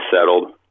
settled